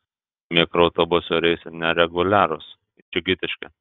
mikroautobusų reisai nereguliarūs džigitiški